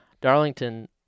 Darlington –